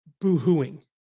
boo-hooing